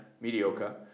mediocre